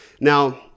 Now